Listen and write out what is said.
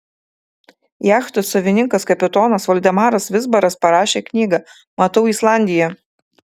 jachtos savininkas kapitonas valdemaras vizbaras parašė knygą matau islandiją